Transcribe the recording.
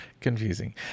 Confusing